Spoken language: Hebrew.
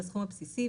בסכום הבסיסי,